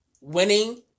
winning